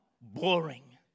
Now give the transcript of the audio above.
boring